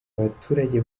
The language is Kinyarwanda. abaturage